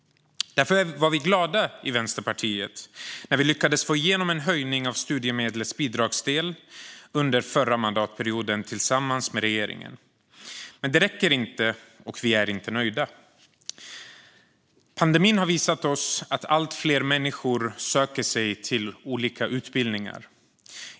Därför var vi i Vänsterpartiet glada när vi tillsammans med regeringen lyckades få igenom en höjning av studiemedlets bidragsdel under förra mandatperioden. Men det räcker inte, och vi är inte nöjda. Pandemin har visat oss att allt fler människor söker sig till olika utbildningar.